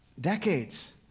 decades